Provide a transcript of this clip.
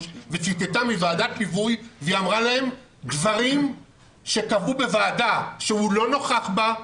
וציטטה מוועדת ליווי והיא אמרה להם דברים שקבעו בוועדה שהוא לא נכח בה,